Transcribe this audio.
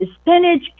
Spinach